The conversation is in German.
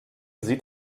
sieht